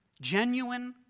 genuine